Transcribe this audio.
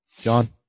John